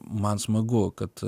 man smagu kad